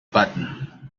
button